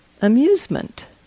amusement